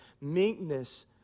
Meekness